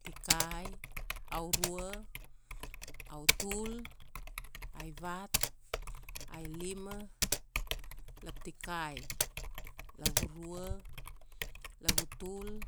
Tikai, aurua, autul, aivat, ailima, laptikai, lavurua, lavutul,